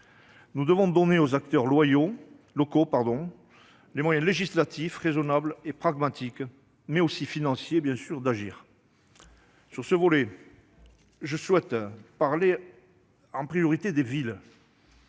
Nous devons donc donner aux acteurs locaux les moyens législatifs raisonnables et pragmatiques, mais aussi financiers, d'agir. Sur ce volet, j'évoquerai en priorité les villes.